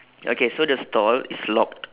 okay so the stall is locked